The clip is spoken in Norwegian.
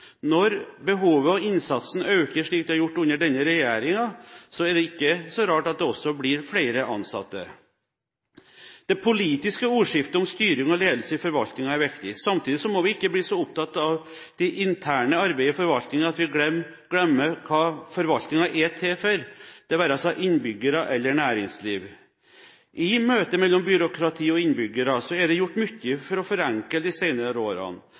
Når behovet og innsatsen øker, slik det har gjort under denne regjeringen, er det ikke så rart at det også blir flere ansatte. Det politiske ordskiftet om styring og ledelse i forvaltningen er viktig. Samtidig må vi ikke bli så opptatt av det interne arbeidet i forvaltningen at vi glemmer hvem forvaltningen er til for – det være seg innbyggerne eller næringslivet. I møtet mellom byråkratiet og innbyggerne er det gjort mye for å forenkle de senere årene.